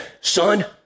son